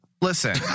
Listen